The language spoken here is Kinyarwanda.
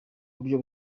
buryo